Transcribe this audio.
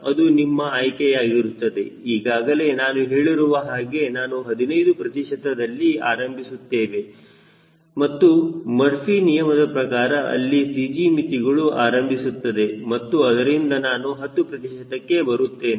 ಅದು ನಿಮ್ಮ ಆಯ್ಕೆಯಾಗಿರುತ್ತದೆ ಈಗಾಗಲೇ ನಾನು ಹೇಳಿರುವ ಹಾಗೆ ನಾನು 15 ಪ್ರತಿಶತದಲ್ಲಿ ಆರಂಭಿಸುತ್ತೇವೆ ಮತ್ತು ಮರ್ಫಿ ನಿಯಮದ ಪ್ರಕಾರ ಅಲ್ಲಿ CG ಮಿತಿಗಳು ಆರಂಭಿಸುತ್ತದೆ ಮತ್ತು ಅದರಿಂದ ನಾನು 10 ಪ್ರತಿಶತಕ್ಕೆ ಬರುತ್ತೇನೆ